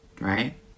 Right